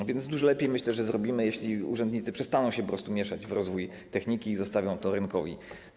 A więc dużo lepiej, myślę, zrobimy, jeśli urzędnicy przestaną się po prostu mieszać w rozwój techniki i zostawią to rynkowi.